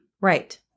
Right